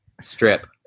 strip